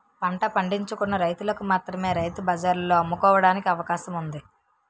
పంట పండించుకున్న రైతులకు మాత్రమే రైతు బజార్లలో అమ్ముకోవడానికి అవకాశం ఉంది